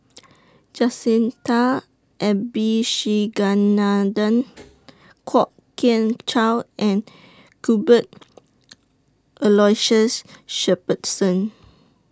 Jacintha Abisheganaden Kwok Kian Chow and Cuthbert Aloysius Shepherdson